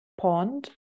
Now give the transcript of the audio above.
pond